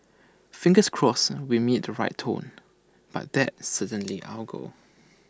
fingers crossed we meet the right tone but that's certainly our goal